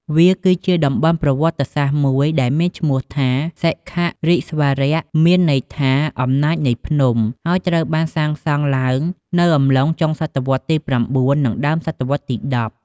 វាគឺជាតំបន់ប្រវត្តិសាស្ត្រមួយដែលមានឈ្មោះថា សិខៈរិស្វរៈ មានន័យថា អំណាចនៃភ្នំ ហើយត្រូវបានសាងសង់ឡើងនៅក្នុងអំឡុងចុងសតវត្សទី៩ និងដើមសតវត្សទី១០